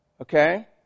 Okay